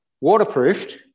waterproofed